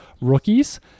rookies